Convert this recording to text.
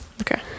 okay